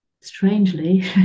strangely